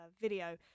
video